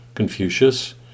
Confucius